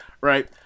Right